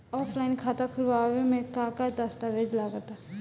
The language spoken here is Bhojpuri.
ऑफलाइन खाता खुलावे म का का दस्तावेज लगा ता?